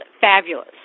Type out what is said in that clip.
fabulous